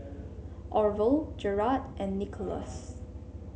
Orval Jerad and Nicholaus